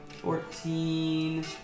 Fourteen